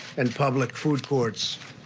and public food courts.